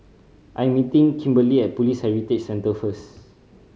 I'm meeting Kimberly at Police Heritage Centre first